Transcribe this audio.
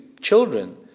children